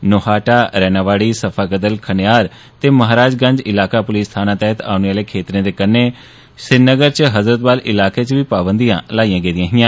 नुहाटा रैणावाडी सफाकदल खनेयार ते महाराज गंज इलाका पुलिस थाना तैहत औने आले क्षेत्रें दे कन्ने श्रीनगर च हजरतबल इलाके च बी पावंदियां लाईयां गेदियां हिया